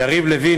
יריב לוין,